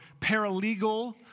paralegal